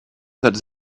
that